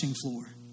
floor